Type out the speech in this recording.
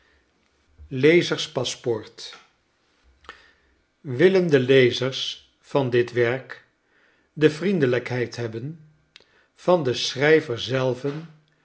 lezers paspoort willen de lezers van dit werk de vriendelrjkheid hebben van den schrijver zelven